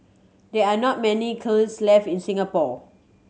there are not many kilns left in Singapore